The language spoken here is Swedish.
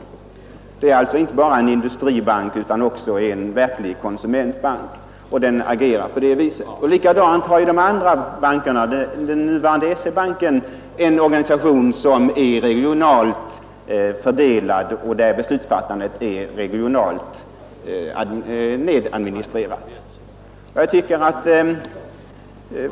Handelsbanken är alltså inte bara en industribank utan också en verklig konsumentbank, och den agerar på det viset. Likadant är det med de andra bankerna. Den nuvarande SE-banken har en organisation som är regionalt fördelad och där beslutsfattandet är regionalt nedadministrerat.